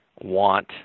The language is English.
want